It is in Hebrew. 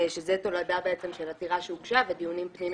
שזה תולדה בעצם של עתירה שהוגשה ודיונים פנימיים